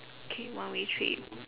okay one way trip